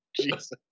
Jesus